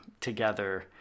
together